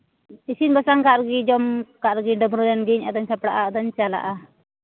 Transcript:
ᱤᱥᱤᱱ ᱵᱟᱥᱟᱝ ᱠᱟᱜ ᱜᱮᱧ ᱡᱚᱢ ᱠᱟᱜ ᱜᱮᱧ ᱰᱟᱹᱵᱽᱨᱟᱹ ᱞᱮᱱᱜᱤᱧ ᱟᱫᱚᱧ ᱥᱟᱯᱲᱟᱜᱼᱟ ᱟᱫᱚᱧ ᱪᱟᱞᱟᱜᱼᱟ